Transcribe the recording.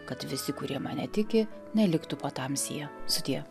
kad visi kurie man netiki neliktų patamsyje sudie